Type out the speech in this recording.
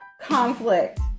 conflict